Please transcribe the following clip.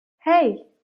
hey